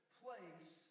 place